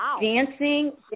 dancing